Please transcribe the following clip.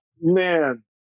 man